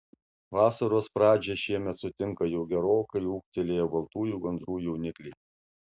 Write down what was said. vasaros pradžią šiemet sutinka jau gerokai ūgtelėję baltųjų gandrų jaunikliai